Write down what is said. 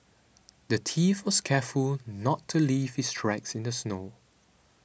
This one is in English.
the thief was careful to not leave his tracks in the snow